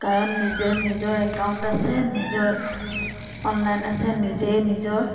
কাৰণ নিজে নিজৰ একাউণ্ট আছে নিজৰ অনলাইন আছে নিজেই নিজৰ